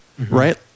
right